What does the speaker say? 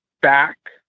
back